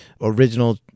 original